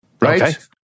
right